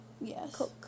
Yes